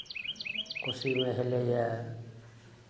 कोशीमे हेलैए